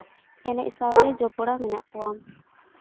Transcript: ᱮᱱᱮᱡ ᱥᱟᱶᱛᱮ ᱡᱚᱯᱚᱲᱟᱣ ᱢᱮᱱᱟᱜ ᱠᱚᱣᱟ